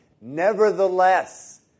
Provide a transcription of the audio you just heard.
Nevertheless